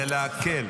זה להקל.